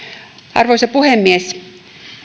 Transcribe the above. arvoisa puhemies